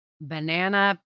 banana